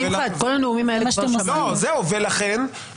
אז בכל מקרה אתם יכולים לסכל כל מינוי.